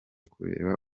kureba